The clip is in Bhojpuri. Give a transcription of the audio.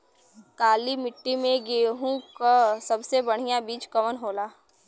काली मिट्टी में गेहूँक सबसे बढ़िया बीज कवन होला?